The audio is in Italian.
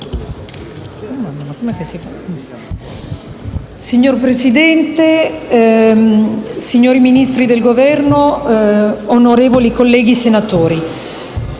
Signor Presidente, signori Ministri del Governo, onorevoli colleghi senatori,